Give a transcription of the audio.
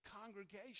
congregation